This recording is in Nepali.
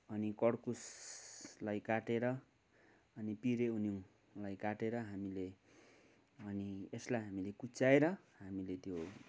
अनि कड्कुसलाई काटेर अनि पिरे उन्युलाई काटेर हामीले अनि त्यसलाई हामीले कुच्चयाएर हामीले त्यो